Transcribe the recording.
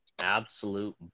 Absolute